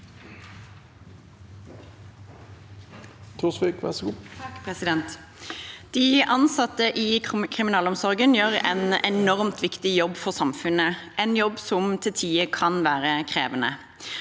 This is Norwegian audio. De ansat- te i kriminalomsorgen gjør en enormt viktig jobb for samfunnet, en jobb som til tider kan være krevende.